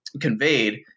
conveyed